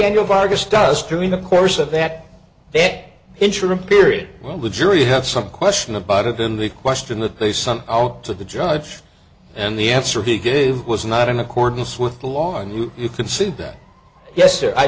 daniel vargas does during the course of that day interim period well the jury have some question about it and the question that they sum out to the judge and the answer he gave was not in accordance with the law and you can see that yes i